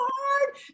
hard